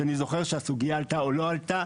שאני זוכר שאני הסוגייה עלתה או לא עלתה.